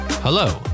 Hello